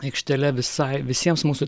aikštele visai visiems mūsų